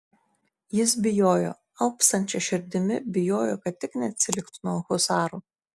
jis bijojo alpstančia širdimi bijojo kad tik neatsiliktų nuo husarų